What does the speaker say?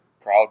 proud